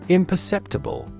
imperceptible